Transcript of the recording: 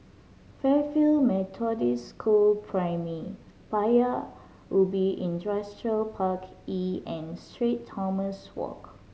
Fairfield Methodist School Primary Paya Ubi Industrial Park E and Street Thomas Walk